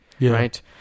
right